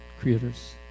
creators